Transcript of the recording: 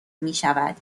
میشود